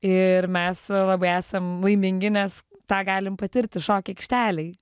ir mes labai esam laimingi nes tą galim patirti šokių aikštelėj